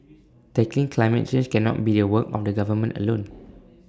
tackling climate change cannot be the work of the government alone